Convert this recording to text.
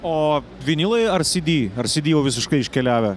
o vinilai ar cd ar cd jau visiškai iškeliavę